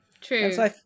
True